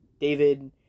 David